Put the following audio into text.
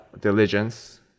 diligence